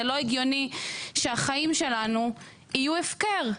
זה לא הגיוני שהחיים שלנו יהיו הפקר.